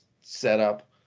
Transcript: setup